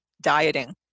dieting